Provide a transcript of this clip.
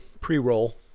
pre-roll